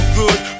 good